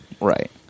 right